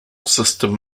system